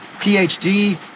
PhD